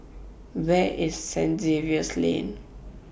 Where IS Saint Xavier's Lane